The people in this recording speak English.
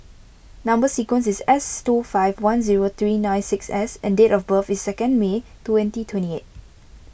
Number Sequence is S two five one zero three nine six S and date of birth is second May twenty twenty eight